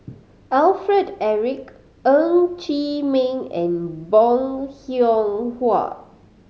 Alfred Eric Ng Chee Meng and Bong Hiong Hwa